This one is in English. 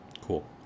Cool